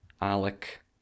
Alec